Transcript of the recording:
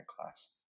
class